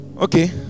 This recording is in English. Okay